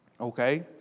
Okay